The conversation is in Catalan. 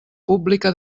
pública